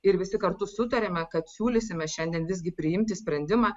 ir visi kartu sutarėme kad siūlysime šiandien visgi priimti sprendimą